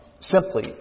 simply